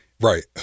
right